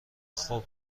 خوب